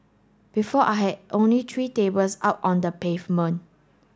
before I had only three tables out on the pavement